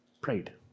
prayed